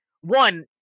one